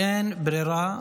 שאין ברירה,